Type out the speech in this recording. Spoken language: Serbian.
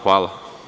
Hvala.